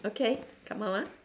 okay come out ah